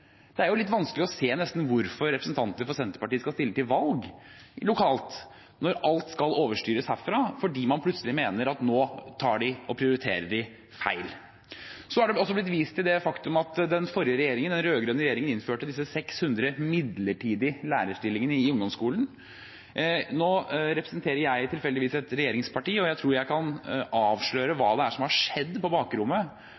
Det er nesten litt vanskelig å se hvorfor representanter for Senterpartiet skal stille til valg lokalt når alt skal overstyres herfra, fordi man plutselig mener at nå prioriterer de feil. Det er også blitt vist til det faktum at den forrige regjeringen, den rød-grønne regjeringen, innførte disse 600 midlertidige lærerstillingene i ungdomsskolen. Nå representerer jeg tilfeldigvis et regjeringsparti, og jeg tror jeg kan avsløre